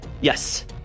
Yes